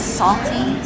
salty